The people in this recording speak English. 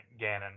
Ganon